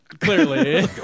clearly